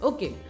Okay